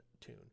tune